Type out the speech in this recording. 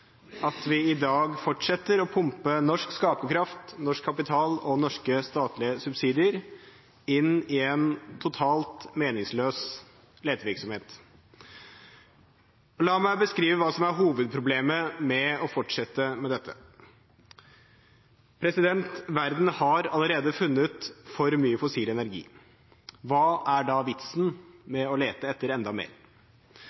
at vi i dag fortsetter å pumpe norsk skaperkraft, norsk kapital og norske statlige subsidier inn i en totalt meningsløs letevirksomhet. La meg beskrive hva som er hovedproblemet med å fortsette med dette: Verden har allerede funnet for mye fossil energi. Hva er da vitsen